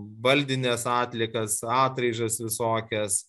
baldines atliekas atraižas visokias